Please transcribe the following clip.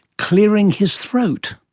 clearing his throat.